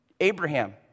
Abraham